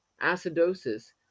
acidosis